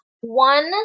one